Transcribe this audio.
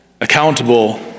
accountable